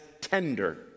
tender